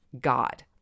God